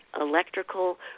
electrical